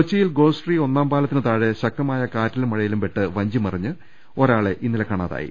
കൊച്ചിയിൽ ഗോശ്രീ ഒന്നാം പാലത്തിനു താഴെ ശക്തമായ കാറ്റിലും മഴയിലും പെട്ട് വഞ്ചിമറിഞ്ഞ് ഇന്നലെ ഒരാളെ കാണാതാ യി